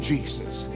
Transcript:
Jesus